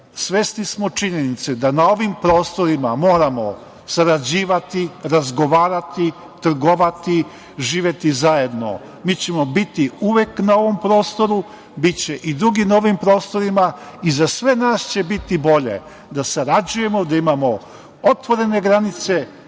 Svesni smo činjenice da na ovim prostorima moramo sarađivati, razgovarati, trgovati, živeti zajedno. Mi ćemo biti uvek na ovom prostoru, biće i drugi na ovim prostorima i za sve nas će biti bolje da sarađujemo, da imamo otvorene granice,